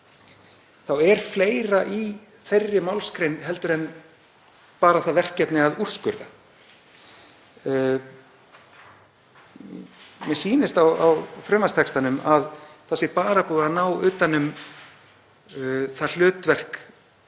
þá er fleira í þeirri málsgrein heldur en bara það verkefni að úrskurða. Mér sýnist á frumvarpstextanum að það sé bara búið að ná utan um það hlutverk